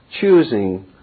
choosing